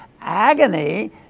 agony